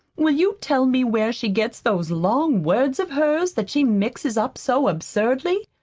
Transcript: will you tell me where she gets those long words of hers that she mixes up so absurdly?